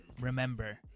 remember